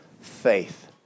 faith